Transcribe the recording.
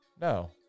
no